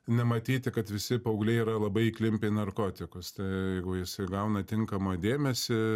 nematyti kad visi paaugliai yra labai įklimpę į narkotikus tai jeigu jisai gauna tinkamą dėmesį